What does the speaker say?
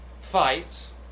Fights